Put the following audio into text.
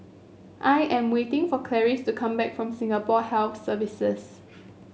I am waiting for Clarice to come back from Singapore Health Services